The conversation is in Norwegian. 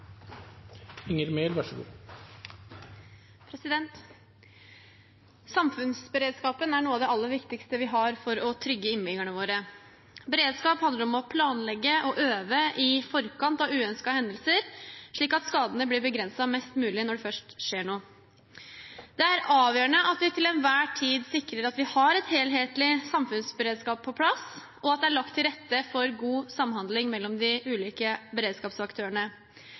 noe av det aller viktigste vi har for å trygge innbyggerne våre. Beredskap handler om å planlegge og øve i forkant av uønskede hendelser, slik at skadene blir begrenset mest mulig når det først skjer noe. Det er avgjørende at vi til enhver tid sikrer at vi har en helhetlig samfunnsberedskap på plass, og at det er lagt til rette for god samhandling mellom de ulike beredskapsaktørene.